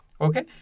Okay